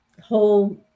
whole